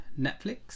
Netflix